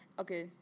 Okay